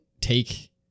take